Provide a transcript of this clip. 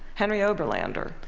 henry oberlander,